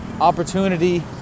opportunity